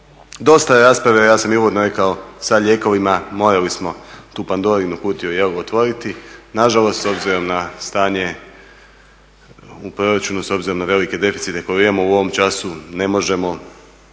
Dosta je rasprave, ja sam i uvodno rekao sa lijekovima, morali smo tu Pandorinu kutiju otvoriti. Nažalost, s obzirom na stanje u proračunu, s obzirom na velike deficite koje imamo u ovom času ne možemo